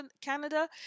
Canada